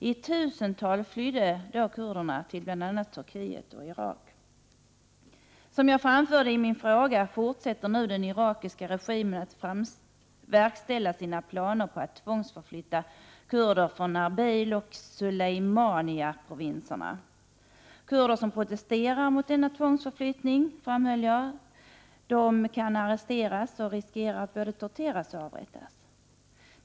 I tusental flydde kurder till bl.a. Turkiet och Iran. Som jag framförde i min fråga fortsätter nu den irakiska regimen att verkställa sina planer på att tvångsförflytta kurder från Arbiloch Suleimaniyaprovinserna. Kurder som protesterar mot denna tvångsförflyttning kan arresteras, och de riskerar att både torteras och avrättas.